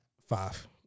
Five